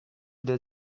del